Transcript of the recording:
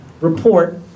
report